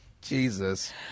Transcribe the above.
Jesus